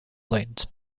lanes